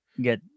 get